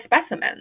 specimens